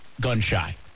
gun-shy